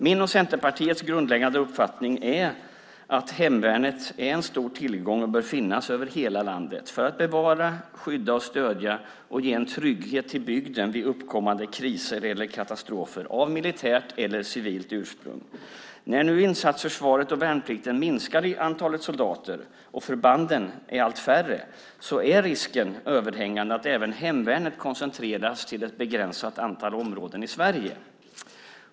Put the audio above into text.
Min och Centerpartiets grundläggande uppfattning är att hemvärnet är en stor tillgång och bör finnas över hela landet för att bevara, skydda, stödja och ge en trygghet till bygden vid uppkommande kriser eller katastrofer av militärt eller civilt ursprung. När nu insatsförsvaret och värnplikten minskar i antalet soldater och förbanden är allt färre är risken överhängande att även hemvärnet koncentreras till ett begränsat antal områden i Sverige.